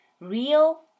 Real